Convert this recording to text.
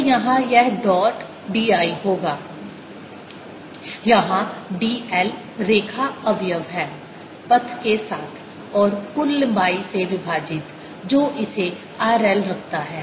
तो यहाँ यह डॉट d l होगा जहाँ d l रेखा अवयव है पथ के साथ और कुल लंबाई से विभाजित जो इसे r I रखता है